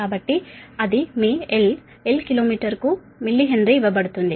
కాబట్టి అది మీ L L కిలోమీటరుకు మిల్లీహెన్రీ ఇవ్వబడుతుంది